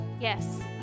Yes